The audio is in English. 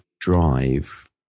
drive